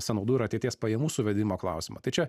sąnaudų ir ateities pajamų suvedimo klausimą tai čia